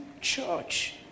church